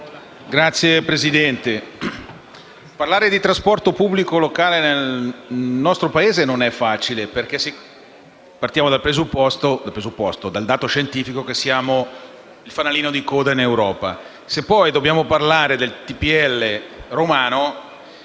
Signor Presidente, parlare di trasporto pubblico locale nel nostro Paese non è facile, perché partiamo dal dato oggettivo per cui siamo il fanalino di coda in Europa. Se poi dobbiamo parlare del trasporto